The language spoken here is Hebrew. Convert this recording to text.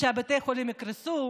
שבתי החולים יקרסו?